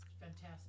Fantastic